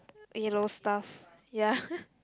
yellow stuff ya